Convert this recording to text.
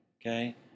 okay